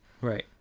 Right